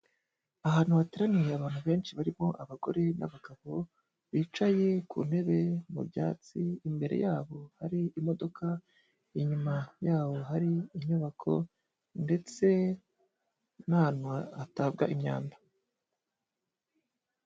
Ahantu hateraniye abantu benshi barimo abagore n'abagabo bicaye ku ntebe mu byatsi, imbere yabo hari imodoka inyuma yabo hari inyubako ndetse n'ahantu hatabwa imyanda.